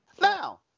Now